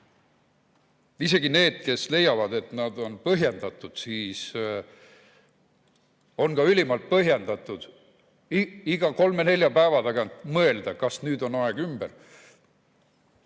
on neid, kes leiavad, et sellised piirangud on põhjendatud, siis on ka ülimalt põhjendatud iga kolme-nelja päeva tagant mõelda, kas nüüd on aeg ümber.